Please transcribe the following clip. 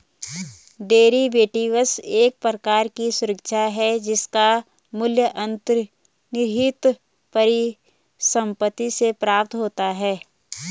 derivatives एक प्रकार की सुरक्षा है जिसका मूल्य अंतर्निहित परिसंपत्ति से प्राप्त होता है